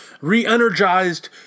re-energized